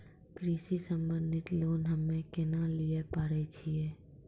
कृषि संबंधित लोन हम्मय केना लिये पारे छियै?